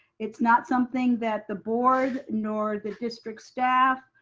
it's not something that the board, nor the district staff,